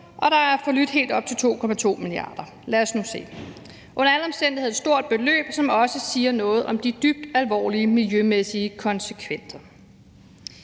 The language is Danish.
at det er helt op til 2,2 mia. kr. Lad os nu se. Under alle omstændigheder er det et stort beløb, som også siger noget om de dybt alvorlige miljømæssige konsekvenser.